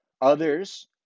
Others